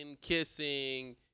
kissing